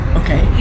okay